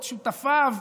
את שותפיו,